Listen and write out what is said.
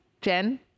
jen